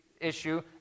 issue